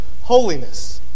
holiness